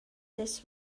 des